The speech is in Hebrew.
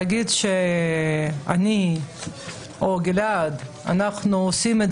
כך שאי-אפשר להגיד שאני או גלעד עושים את